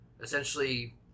essentially